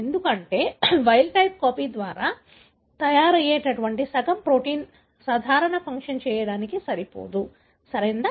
ఎందుకంటే wild type copy ద్వారా తయారయ్యే సగం ప్రోటీన్ సాధారణ ఫంక్షన్ చేయడానికి సరిపోదు సరియైనదా